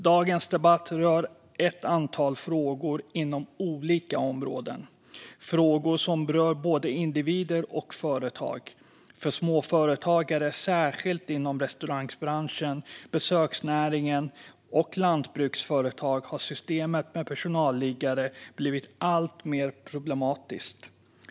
Dagens debatt rör ett antal frågor inom olika områden, frågor som rör både individer och företag. För småföretagare, särskilt inom restaurangbranschen, besöksnäringen och lantbruksföretag, har systemet med personalliggare blivit alltmer problematiskt.